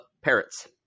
parrots